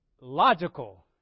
logical